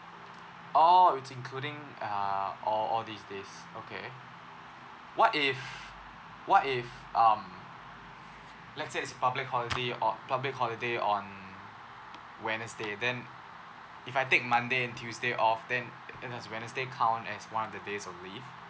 oh it's including uh a~ all these days okay what if what if um let's say it's public holiday or public holiday on wednesday then if I take monday and tuesday off then then does wednesday counts as one of the days of leave